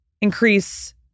increase